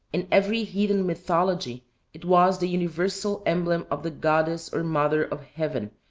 in every heathen mythology it was the universal emblem of the goddess or mother of heaven,